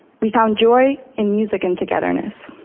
we found joy in music and togetherness.